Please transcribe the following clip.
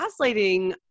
gaslighting